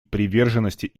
приверженности